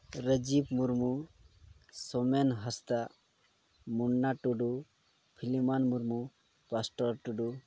Rajib Murmu Sowmen Hansda Munna Tudu Philemon Murmu pastor Tudu